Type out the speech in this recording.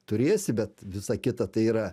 turėsi bet visa kita tai yra